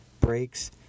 brakes